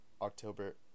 October